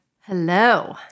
Hello